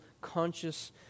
conscious